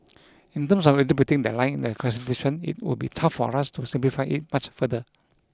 in terms of interpreting that line in the Constitution it would be tough for us to simplify it much further